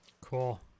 Cool